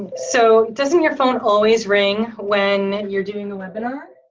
so, doesn't your phone always ring when and you're doing the webinar?